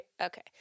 Okay